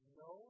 no